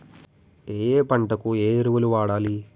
ఏయే పంటకు ఏ ఎరువులు వాడాలి?